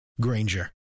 Granger